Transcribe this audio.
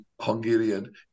Hungarian